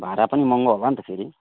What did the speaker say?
भारा पनि त महँगो होला नि फेरि